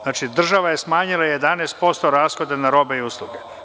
Znači, država je smanjila 11% rashode na robe i usluge.